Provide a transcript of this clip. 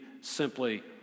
simply